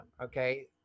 Okay